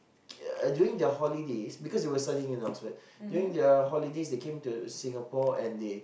ya during their holiday because they were studying in Oxford during their holiday they came into Singapore and they